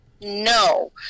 no